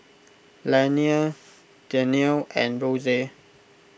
Lanie Danielle and Rose